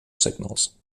signals